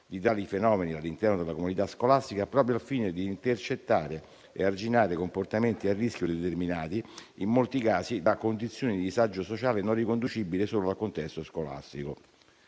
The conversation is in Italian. di tali fenomeni all'interno della comunità scolastica, proprio al fine di intercettare e arginare comportamenti a rischio, determinati in molti casi da condizioni di disagio sociale non riconducibili solo al contesto scolastico.